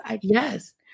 Yes